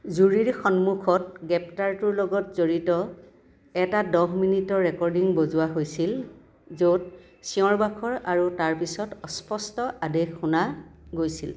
জুৰীৰ সন্মুখত গ্ৰেপ্তাৰটোৰ লগত জড়িত এটা দহ মিনিটৰ ৰেকৰ্ডিং বজোৱা হৈছিল য'ত চিঞৰ বাখৰ আৰু তাৰ পিছত অস্পষ্ট আদেশ শুনা গৈছিল